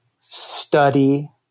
study